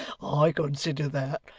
i consider that.